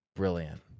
brilliant